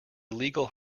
illegal